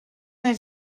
wnei